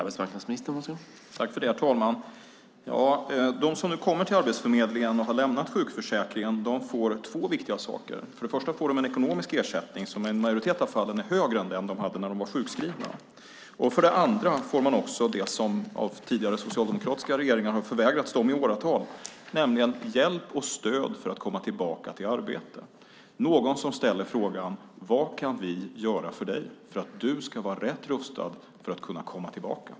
Herr talman! De som nu kommer till Arbetsförmedlingen och har lämnat sjukförsäkringen får två viktiga saker. För det första får de en ekonomisk ersättning som i en majoritet av fallen är högre än den de hade när de var sjukskrivna. För det andra får de också det som har förvägrats dem i åratal av tidigare socialdemokratiska regeringar, nämligen hjälp och stöd för att komma tillbaka till arbete. Det finns någon som ställer frågan: Vad kan vi göra för dig för att du ska vara rätt rustad för att kunna komma tillbaka?